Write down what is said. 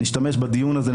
נשתמש בדיון הזה,